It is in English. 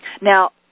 Now